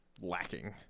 lacking